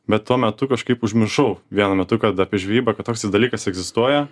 bet tuo metu kažkaip užmiršau vienu metu kad apie žvejybą kad toksai dalykas egzistuoja